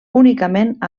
únicament